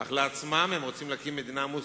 אך לעצמם הם רוצים להקים מדינה מוסלמית.